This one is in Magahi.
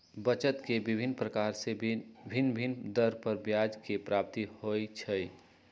बचत के विभिन्न प्रकार से भिन्न भिन्न दर पर ब्याज के प्राप्ति होइ छइ